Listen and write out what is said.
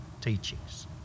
teachings